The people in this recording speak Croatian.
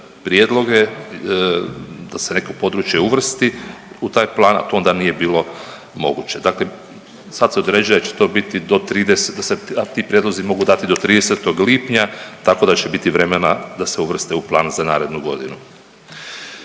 prijedloge da se neko područje uvrsti u taj plan, a to onda nije bilo moguće. Dakle, sad se određuje da će to biti do 30, da se ti prijedlozi mogu dati do 30. lipnja tako da će biti vremena da se uvrste u plan za narednu godinu.